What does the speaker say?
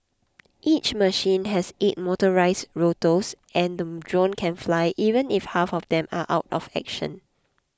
each machine has eight motorised rotors and the drone can fly even if half of them are out of action